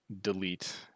delete